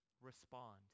respond